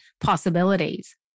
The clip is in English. possibilities